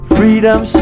Freedom